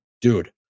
Dude